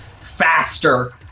faster